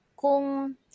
kung